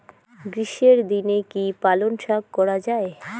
গ্রীষ্মের দিনে কি পালন শাখ করা য়ায়?